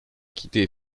quitter